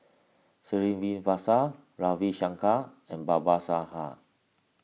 Srinivasa Ravi Shankar and Babasaheb